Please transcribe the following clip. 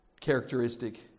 characteristic